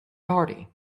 party